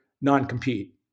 non-compete